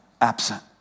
Absent